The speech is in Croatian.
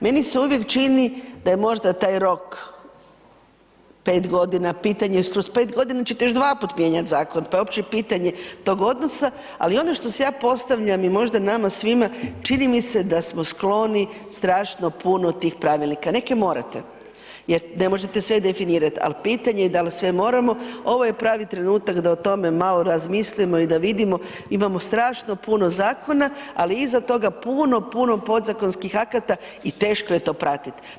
Meni se uvijek čini da je možda taj rok 5.g., pitanje je, kroz 5.g. ćete još dvaput mijenjat zakon, pa je opće pitanje tog odnosa, ali ono što si ja postavljam i možda nama svima, čini mi se da smo skloni strašno puno tih pravilnika, neke morate jer ne možete sve definirat, a pitanje je dal sve moramo, ovo je pravi trenutak da o tome malo razmislimo i da vidimo, imamo strašno puno zakona, ali iza toga puno, puno podzakonskih akata i teško je to pratit.